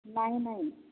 ନାଇଁ ନାଇଁ